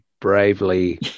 bravely